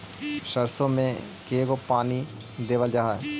सरसों में के गो पानी देबल जा है?